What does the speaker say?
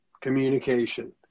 communication